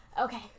Okay